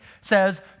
says